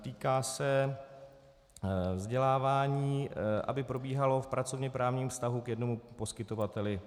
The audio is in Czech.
Týká se vzdělávání, aby probíhalo v pracovněprávním vztahu k jednomu poskytovateli.